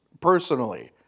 personally